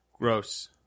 Gross